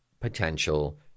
potential